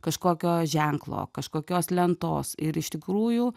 kažkokio ženklo kažkokios lentos ir iš tikrųjų